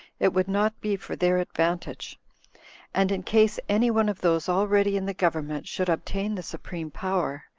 it would not be for their advantage and in case any one of those already in the government should obtain the supreme power,